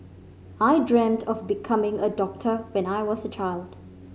I dreamt of becoming a doctor when I was a child